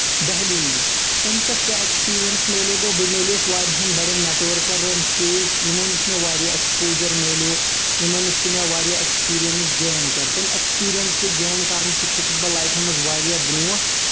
دہلی منٛز تِمہِ پٮ۪ٹھ کیٚاہ ایٚکپیٖریٚنٛس میٚلے مےٚ بہٕ میٚلے یوٚس واریاہَن بَڈین نیٚٹ ؤرکن سۭتۍ یِمو نِش واریاہ ایکٕسپوجر میٚلو یِمن نِش مےٚ واریاہ ایٚکپِیٖریٚنس گین کٔر تَمہِ ایٚکسپیٖریٚنس گین کَرنہٕ سۭتۍ پوٚکُس بہٕ لایفہِ منٛز واریاہ برٛونٛٹھ